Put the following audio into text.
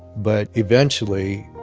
but eventually,